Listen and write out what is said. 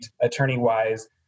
attorney-wise